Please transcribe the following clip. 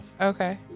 Okay